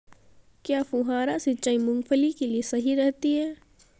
क्या फुहारा सिंचाई मूंगफली के लिए सही रहती है?